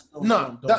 No